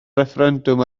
refferendwm